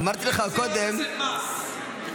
אמרתי לך קודם -- ממציא עוד איזה מס.